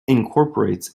incorporates